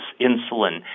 insulin